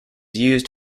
used